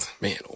man